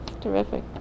Terrific